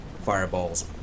Fireballs